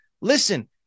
Listen